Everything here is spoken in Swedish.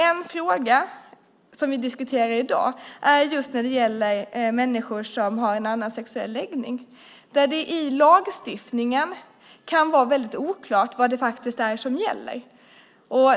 En fråga som vi diskuterar i dag gäller människor med annan sexuell läggning. I lagstiftningen kan det vara oklart vad som gäller.